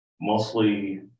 Mostly